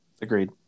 agreed